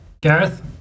Gareth